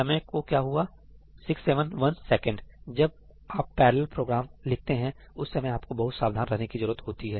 समय को क्या हुआ 671 सेकंड जब आप पैरलल प्रोग्राम लिखते हैं उस समय आपको बहुत सावधान रहने की जरूरत होती है